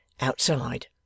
Outside